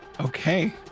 Okay